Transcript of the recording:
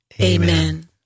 Amen